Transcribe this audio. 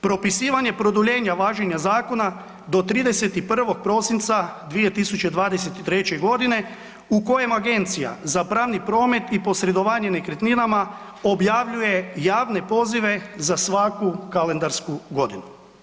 Propisivanje produljenja važenja zakona do 31. prosinca 2023.g. u kojem Agencija za pravni promet i posredovanje nekretninama objavljuje javne pozive za svaku kalendarsku godinu.